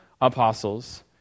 apostles—